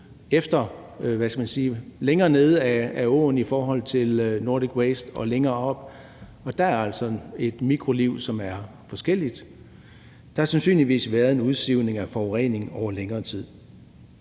både længere nede ad åen i forhold til Nordic Waste og længere oppe, og der er altså et mikroliv, som er forskelligt. Der har sandsynligvis været en udsivning af forurening over længere tid.